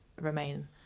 Remain